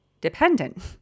dependent